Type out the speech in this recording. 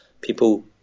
people